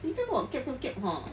你不要跟我 kait 不 kait hor